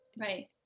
Right